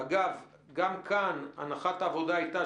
אגב, גם כאן הנחת העבודה הייתה